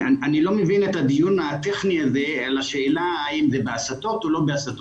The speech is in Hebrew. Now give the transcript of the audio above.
אני לא מבין את הדיון הטכני הזה על השאלה האם זה בהסטות או לא בהסטות.